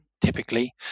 typically